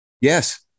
Yes